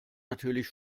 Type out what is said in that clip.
natürlich